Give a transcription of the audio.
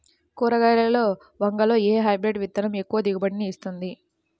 కూరగాయలలో వంగలో ఏ హైబ్రిడ్ విత్తనం ఎక్కువ దిగుబడిని ఇస్తుంది?